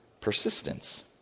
Persistence